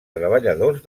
treballadors